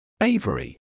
Avery